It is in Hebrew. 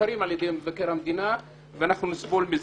שמבוקרים על ידי מבקר המדינה, ואנחנו נסבול מזה.